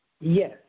yes